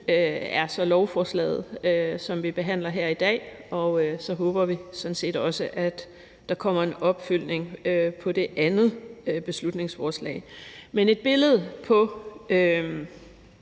er så lovforslaget, som vi behandler her i dag, og så håber vi sådan set også, at der kommer en opfølgning på det andet beslutningsforslag. Et billede på,